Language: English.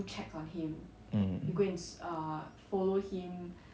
mm